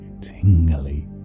tingly